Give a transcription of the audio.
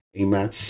Amen